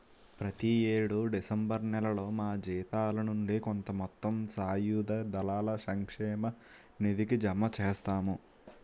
ప్రతి యేడు డిసెంబర్ నేలలో మా జీతాల నుండి కొంత మొత్తం సాయుధ దళాల సంక్షేమ నిధికి జమ చేస్తాము